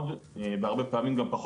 ככל שהיזם יותר צעיר.